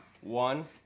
one